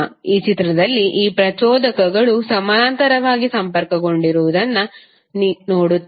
ಈ ಚಿತ್ರದಲ್ಲಿ ಈ ಪ್ರಚೋದಕಗಳು ಸಮಾನಾಂತರವಾಗಿ ಸಂಪರ್ಕಗೊಂಡಿರುವುದನ್ನು ನೋಡುತ್ತೀರಿ